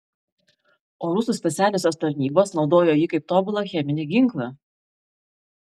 o rusų specialiosios tarnybos naudojo jį kaip tobulą cheminį ginklą